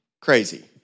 Crazy